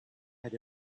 had